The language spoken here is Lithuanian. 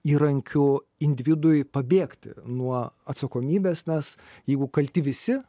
įrankiu individui pabėgti nuo atsakomybės nes jeigu kalti visi